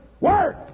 work